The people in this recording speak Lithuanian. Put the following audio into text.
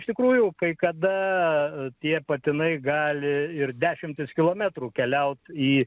iš tikrųjų kai kada tie patinai gali ir dešimtis kilometrų keliauti į